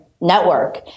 network